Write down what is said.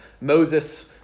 Moses